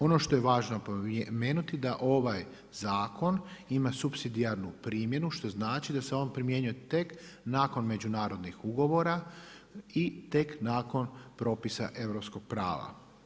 Ono što je važno napomenuti da ovaj zakon ima supsidijarnu primjenu, što znači da se on primjenjuje tek, nakon međunarodnih ugovora i tek nakon propisa europskih prava.